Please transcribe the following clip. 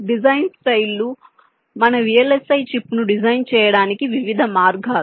design style లు మన VLSI చిప్ను డిజైన్ చేయడానికి వివిధ మార్గాలు